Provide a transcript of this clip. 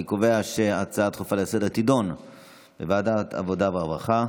אני קובע שההצעה הדחופה לסדר-היום תידון בוועדת העבודה והרווחה.